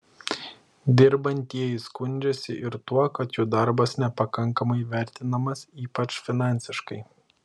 dirbantieji skundžiasi ir tuo kad jų darbas nepakankamai vertinamas ypač finansiškai